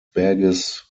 berges